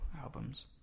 albums